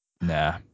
Nah